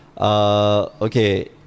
Okay